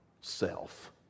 self